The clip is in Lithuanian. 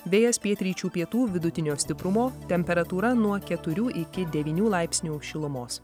vėjas pietryčių pietų vidutinio stiprumo temperatūra nuo keturių iki devynių laipsnių šilumos